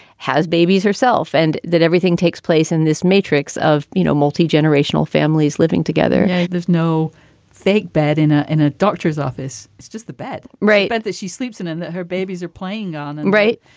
has babies herself. and that everything takes place in this matrix of, you know, multi-generational families living together there's no fake bed in a in a doctor's office. it's just the bed. right. but that she sleeps in and her babies are playing on. right.